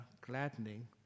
gladdening